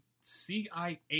CIA